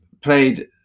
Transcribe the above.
played